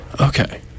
Okay